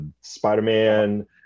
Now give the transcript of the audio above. Spider-Man